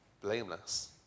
blameless